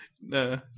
No